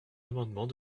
amendement